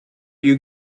you